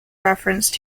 reference